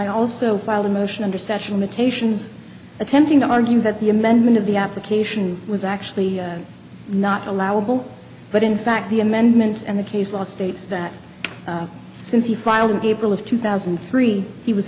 i also filed a motion under statue imitations attempting to argue that the amendment of the application was actually not allowable but in fact the amendment and the case law states that since he filed an april of two thousand and three he was